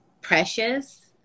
precious